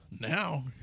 now